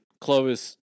Clovis